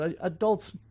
adults